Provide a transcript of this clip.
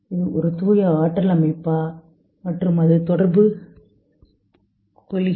இது ஒரு தூய ஆற்றல் அமைப்பு மற்றும் அது தொடர்பு கொள்கிறதா